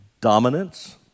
dominance